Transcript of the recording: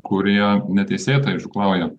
kurie neteisėtai žūklauja